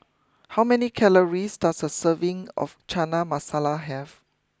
how many calories does a serving of Chana Masala have